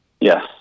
Yes